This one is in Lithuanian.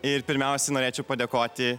ir pirmiausia norėčiau padėkoti